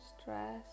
stress